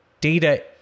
data